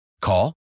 Call